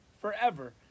forever